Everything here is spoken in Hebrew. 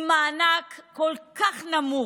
עם מענק כל כך נמוך?